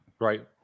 Right